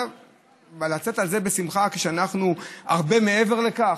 לצאת על זה בשמחה כשאנחנו הרבה מעבר לכך.